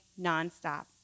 nonstop